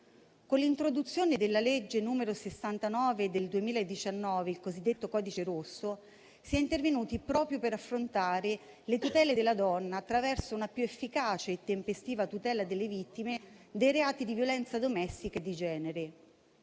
Con l'introduzione della legge n. 69 del 2019, il cosiddetto codice rosso, si è intervenuti proprio per affrontare la tutela della donna attraverso una più efficace e tempestiva tutela delle vittime dei reati di violenza domestica e di genere.